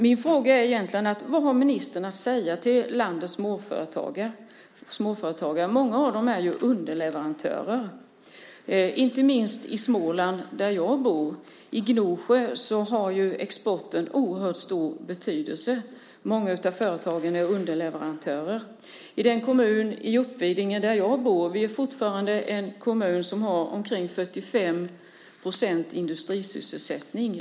Min fråga är egentligen: Vad har ministern att säga till landets småföretagare? Många av dem är ju underleverantörer. Inte minst i Småland där jag bor, i Gnosjö, har exporten oerhört stor betydelse. Många av företagen är underleverantörer. Den kommun där jag bor, Uppvidinge, är fortfarande en kommun som har omkring 45 % industrisysselsättning.